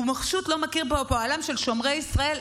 הוא פשוט לא מכיר בפועלם של שומרי ישראל,